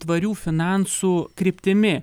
tvarių finansų kryptimi